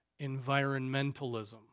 environmentalism